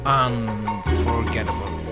unforgettable